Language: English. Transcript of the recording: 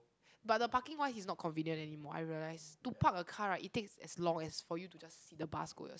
but the parking wise is not convenient anymore I realise to park a car right it takes as long as for you to just sit the bus go yours~